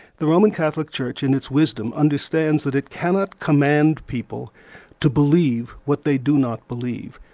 the roman catholic church in its wisdom, understands that it cannot command people to believe what they do not believe,